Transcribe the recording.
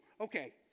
Okay